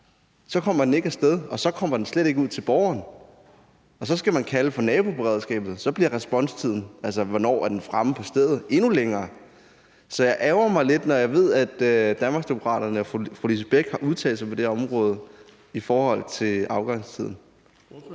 så kommer den ikke af sted, og så kommer den slet ikke ud til borgerne. Så skal man kalde på naboberedskabet, og så bliver responstiden, altså hvornår den er fremme på stedet, endnu længere. Så jeg ærgrer mig lidt, når jeg ved, at Danmarksdemokraterne og fru Lise Bech har udtalt sig på det her område i forhold til afgangstiden.